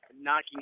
knocking